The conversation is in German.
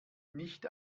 nicht